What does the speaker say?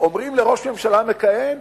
אומרים לראש ממשלה מכהן: